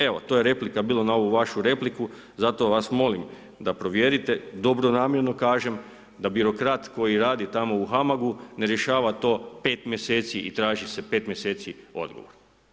Evo to je replika bilo na ovu vašu repliku, zato vas molim da provjerite, dobronamjerno kažem, da birokrat koji radi tamo u HAMAG-u ne rješava to pet mjeseci i traži se pet mjeseci odgovor.